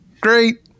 great